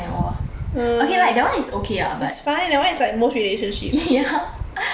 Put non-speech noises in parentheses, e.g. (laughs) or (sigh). okay like that one is okay ah but (laughs) ya like